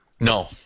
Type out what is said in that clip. No